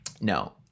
no